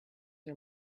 are